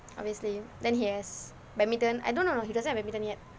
obviously then he has badminton I don't no no he doesn't have badminton yet